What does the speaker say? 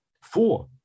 four